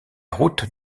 route